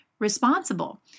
responsible